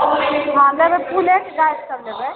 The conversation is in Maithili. लेबए फूलेके गाछ सब लेबए